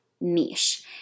niche